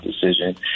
decision